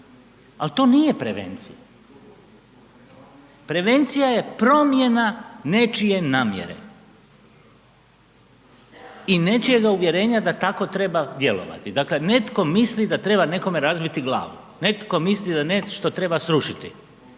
ali to nije prevencija. Prevencija je promjena nečije namjere i nečijega uvjerenja da tako treba djelovati, dakle netko misli da treba nekome razbiti glavu. Netko misli da nešto treba srušiti.